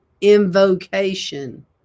Invocation